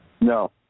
No